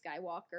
skywalker